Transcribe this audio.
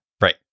right